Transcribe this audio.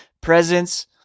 presence